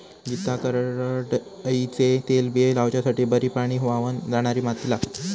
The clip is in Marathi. गीता करडईचे तेलबिये लावच्यासाठी बरी पाणी व्हावन जाणारी माती लागता